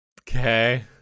Okay